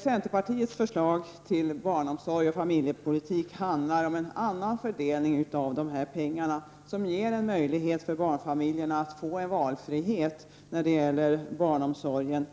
Centerpartiets förslag till barnomsorg och familjepolitik handlar om en annan fördelning av dessa pengar som ger en möjlighet för barnfamiljerna att få valfrihet när det gäller barnomsorgen